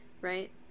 right